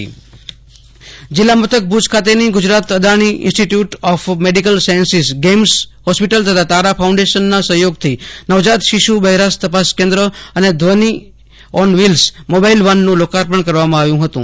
Ashutosh Antani Bhuj Adani hospital જિલ્લા મથક ભુજ ખાતેની Gujarat Adani institute of medical sciences GAIMS hospital તથા તારા ફાઉન્ડેશનના સહયોગથી નવજાત શિશુ બહેરાશ તપાસ કેન્દ્ર અને ધ્વનિ ઓન વ્હિલ્સ મોબાઈલ વાનનું લોકાર્પણ કરવામાં આવ્યું હતું